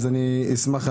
אני אשמח.